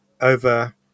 over